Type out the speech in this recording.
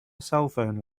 cellphone